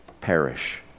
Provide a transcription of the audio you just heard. perish